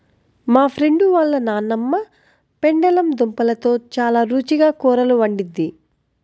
మా ఫ్రెండు వాళ్ళ నాన్నమ్మ పెండలం దుంపలతో చాలా రుచిగా కూరలు వండిద్ది